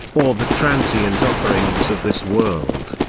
or the transient offerings of this world,